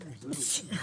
אסביר,